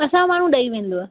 असांजो माण्हू ॾेई वेंदुव